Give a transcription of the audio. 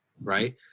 Right